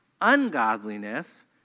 ungodliness